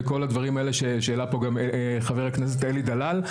וכל הדברים האלה שהעלה פה חבר הכנסת אלי דלל.